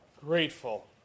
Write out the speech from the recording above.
grateful